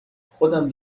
خودم